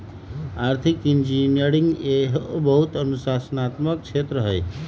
आर्थिक इंजीनियरिंग एहो बहु अनुशासनात्मक क्षेत्र हइ